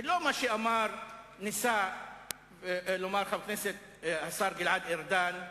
ולא מה שניסה לומר השר גלעד ארדן,